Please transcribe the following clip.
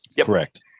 Correct